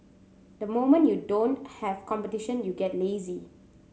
the moment you don't have competition you get lazy